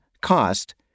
Cost